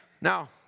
Now